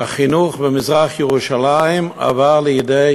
החינוך במזרח-ירושלים עבר לידי